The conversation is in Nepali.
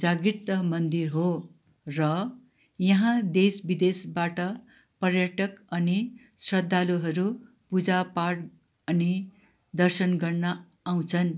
जागृत मन्दिर हो र यहाँ देश विदेशबाट पर्यटक अनि श्रद्धालुहरू पूजापाठ अनि दर्शन गर्न आउँछन्